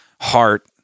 heart